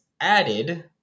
added